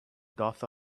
doth